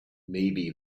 maybe